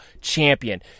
champion